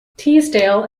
teesdale